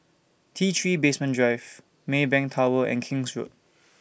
T three Basement Drive Maybank Tower and King's Road